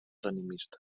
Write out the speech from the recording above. animistes